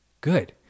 good